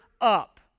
up